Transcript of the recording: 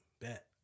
Bet